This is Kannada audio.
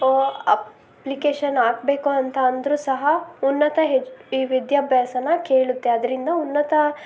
ಅಪ್ಲಿಕೇಶನ್ ಹಾಕ್ಬೇಕು ಅಂತ ಅಂದರೂ ಸಹ ಉನ್ನತ ಹೆ ವಿದ್ಯಾಭ್ಯಾಸನ ಕೇಳುತ್ತೆ ಅದರಿಂದ ಉನ್ನತ